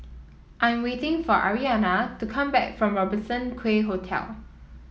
I'm waiting for Arianna to come back from Robertson Quay Hotel